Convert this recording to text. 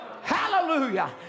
Hallelujah